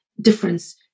difference